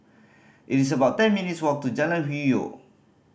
it's about ten minutes' walk to Jalan Hwi Yoh